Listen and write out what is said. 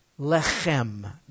lechem